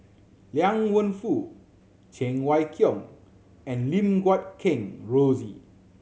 Liang Wenfu Cheng Wai Keung and Lim Guat Kheng Rosie